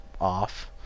off